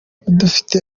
dufite